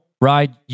ride